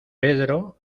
pedro